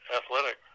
athletic